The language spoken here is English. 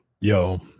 Yo